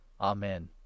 Amen